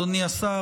אדוני השר,